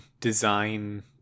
design